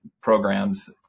programs